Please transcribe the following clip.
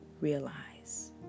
realize